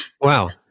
wow